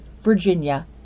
virginia